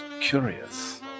curious